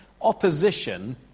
Opposition